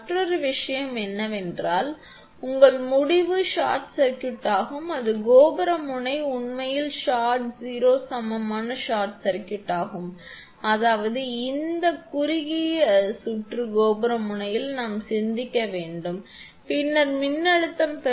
மற்றொரு விஷயம் என்னவென்றால் உங்கள் முடிவு ஷார்ட் சர்க்யூட் ஆகும் அது கோபுர முனை உண்மையில் ஷார்ட் 0 க்கு சமமான ஷார்ட் சர்க்யூட் ஆகும் அதாவது இந்த குறுகிய சுற்று கோபுர முனையில் நாம் சிந்திக்க வேண்டும் பின்னர் மின்னழுத்தம் பெறுவது 0